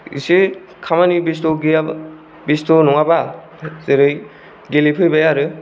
इसे खामानि बेस्त' गैयाबा बेस्ट' नङाबा जेरै गेलेफैबाय आरो